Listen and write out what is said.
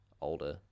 older